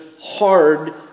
hard